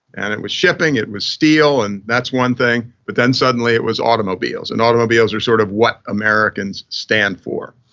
and it was shipping. shipping. it was steel. and that's one thing, but then suddenly it was automobiles. and automobiles were sort of what americans stand for.